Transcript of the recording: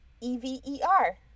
E-V-E-R